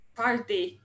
party